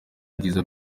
ibyiza